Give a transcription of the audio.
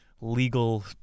legal